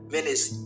Venice